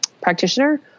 practitioner